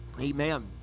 amen